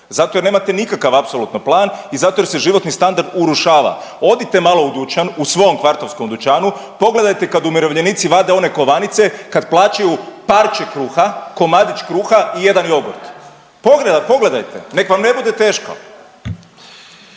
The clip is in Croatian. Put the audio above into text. zato jer nemate nikakav apsolutno plan i zato jer se životni standard urušava. Odite malo u dućan u svom kvartovskom dućanu, pogledajte kad umirovljenici vade one kovanice, kad plaćaju parče kruha, komadić kruha i 1 jogurt. Pogledajte, nek' vam ne bude teško!